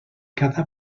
cada